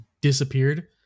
disappeared